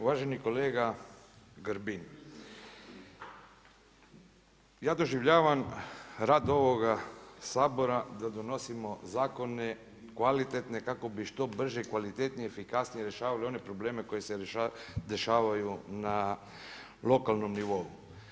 Uvaženi kolega Grbin, ja doživljavam rad ovoga Sabora da donosimo zakone kvalitetne kako bi što brže, kvalitetnije, efikasnije rješavali one probleme koji se dešavaju na lokalnom nivou.